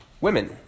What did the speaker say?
women